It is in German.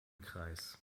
kreis